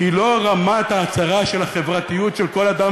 כי לא רמת ההצהרה של החברתיות של כל אדם